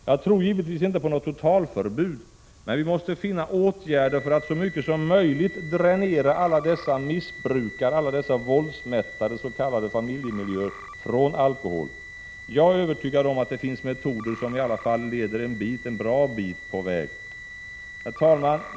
Jag tror givetvis inte på något totalförbud, men vi måste finna åtgärder för att så mycket som möjligt dränera alla dessa missbruksoch våldsmättade s.k. familjemiljöer från alkohol. Jag är övertygad om att det finns metoder som i alla fall leder oss en bra bit på vägen. Herr talman!